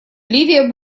ливия